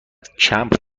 کمپ